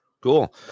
Cool